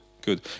Good